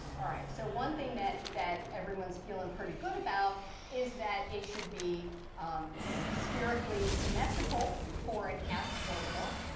all right, so one thing that that everyone's feeling pretty good about is that it should be spherically symmetric hole for an s orbital.